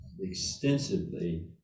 extensively